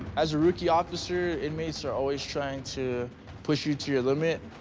as a rookie officer, inmates are always trying to push you to your limit.